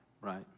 right